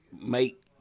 make